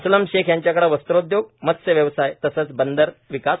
अस्लम शेख यांच्याकडे वस्त्रोद्योग मत्स्य व्यवसाय तसंच बंदरे विकास